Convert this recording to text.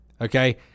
okay